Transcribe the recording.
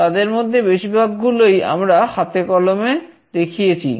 তাদের মধ্যে বেশিরভাগ গুলোই আমরা হাতে কলমে করে দেখিয়েছি